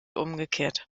umgekehrt